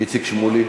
איציק שמולי,